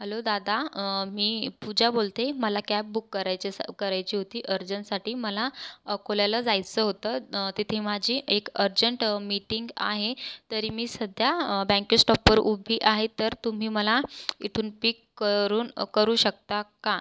hello दादा मी पुजा बोलते मला कॅब बुक करायचं करायची होती अर्जनसाठी मला अकोल्याला जायचं होतं तेथे माझी एक अर्जंट मीटिंग आहे तरी मी सध्या बँके स्टॉपवर उभी आहे तर तुम्ही मला इथून पिक करून करू शकता का